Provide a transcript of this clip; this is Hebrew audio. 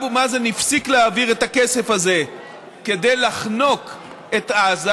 אבו מאזן הפסיק להעביר את הכסף הזה כדי לחנוק את עזה,